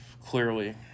Clearly